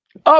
Up